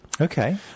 Okay